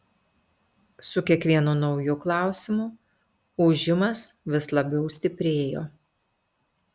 su kiekvienu nauju klausimu ūžimas vis labiau stiprėjo